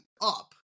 up